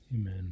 Amen